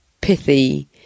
pithy